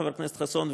חבר הכנסת חסון,